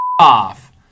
off